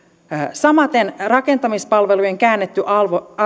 samaten rakentamispalvelujen käännetty alvi